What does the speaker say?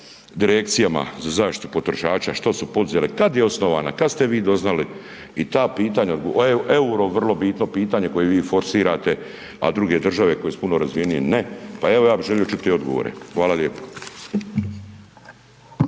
za zaštitu potrošača, što su poduzele, kad je osnovana, kad ste vi doznali, i ta pitanja odgovorite, EUR-o, vrlo bitno pitanje koje vi forsirate, a druge države koje su puno razvijenije ne, pa evo ja bi želio čuti odgovore. Hvala lijepo.